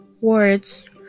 words